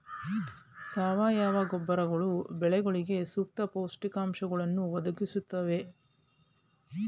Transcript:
ಸಾವಯವ ಗೊಬ್ಬರಗಳು ಬೆಳೆಗಳಿಗೆ ಸೂಕ್ತ ಪೋಷಕಾಂಶಗಳನ್ನು ಒದಗಿಸುತ್ತವೆಯೇ?